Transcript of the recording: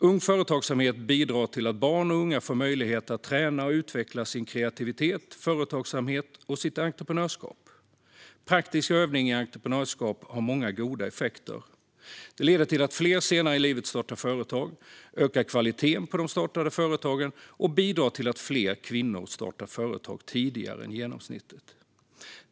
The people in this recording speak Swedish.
Ung företagsamhet bidrar till att barn och unga får möjlighet att träna och utveckla sin kreativitet, sin företagsamhet och sitt entreprenörskap. Praktisk övning i entreprenörskap har många goda effekter. Det leder till att fler senare i livet startar företag, ökar kvaliteten på de startade företagen och bidrar till att fler kvinnor startar företag tidigare än genomsnittet.